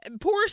poor